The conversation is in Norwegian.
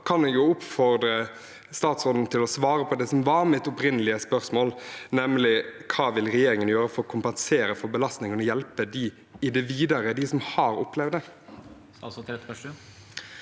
så kan jeg jo oppfordre statsråden til å svare på det som var mitt opprinnelige spørsmål, nemlig: Hva vil regjeringen gjøre for å kompensere for belastningen og hjelpe dem som har opplevd det,